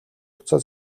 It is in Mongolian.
утсаа